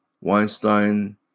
Weinstein